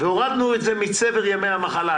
והורדנו את זה מצבר ימי המחלה,